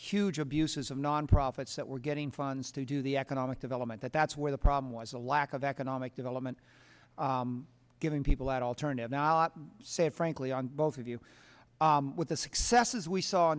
huge abuses of nonprofits that were getting funds to do the economic development that that's where the problem was the lack of economic development giving people that alternative not say frankly on both of you with the successes we saw